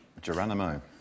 Geronimo